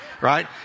right